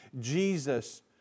Jesus